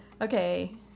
okay